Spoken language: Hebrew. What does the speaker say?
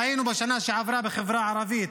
ראינו בשנה שעברה בחברה הערבית,